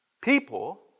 people